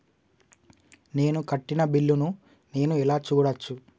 నేను కట్టిన బిల్లు ను నేను ఎలా చూడచ్చు?